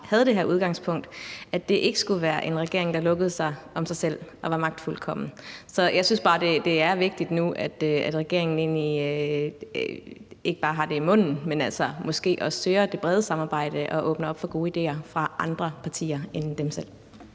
havde det udgangspunkt, at det ikke skulle være en regering, der lukkede sig om sig selv og var magtfuldkommen. Så jeg synes bare, at det er vigtigt nu, at regeringen ikke bare har det i munden, men måske også søger det brede samarbejde og åbner op for gode idéer fra andre partier end sine